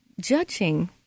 judging